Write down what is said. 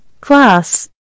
class